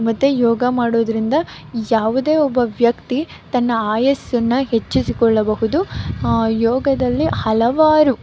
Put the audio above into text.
ಮತ್ತು ಯೋಗ ಮಾಡೋದರಿಂದ ಯಾವುದೇ ಒಬ್ಬ ವ್ಯಕ್ತಿ ತನ್ನ ಆಯಸ್ಸನ್ನು ಹೆಚ್ಚಿಸಿಕೊಳ್ಳಬಹುದು ಯೋಗದಲ್ಲಿ ಹಲವಾರು